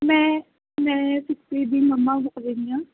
ਮੈਂ ਮੈਂ ਸ੍ਰਿਸ਼ਟੀ ਦੀ ਮੰਮਾ ਬੋਲ ਰਹੀ ਹਾਂ